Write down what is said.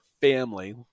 family